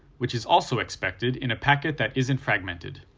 which is also expected in a packet that isn't fragmented.